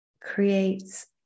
creates